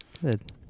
Good